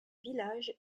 village